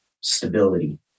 stability